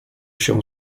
się